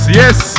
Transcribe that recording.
yes